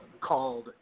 called